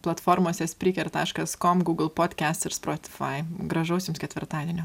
platformose spriker taškas com google podcast ir spotify gražaus jums ketvirtadienio